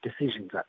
decisions